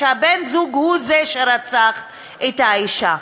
שבן-הזוג הוא זה שרצח את האישה,